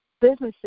businesses